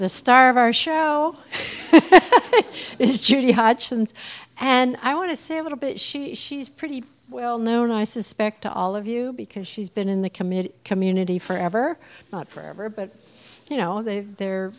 the star of our show and i want to say a little bit she she's pretty well known i suspect to all of you because she's been in the committed community forever not forever but you know they